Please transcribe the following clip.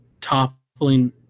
toppling